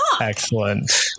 Excellent